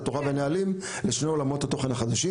את התורה והנהלים לשני עולמות התוכן החדשים.